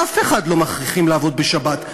אף אחד לא מכריחים לעבוד בשבת.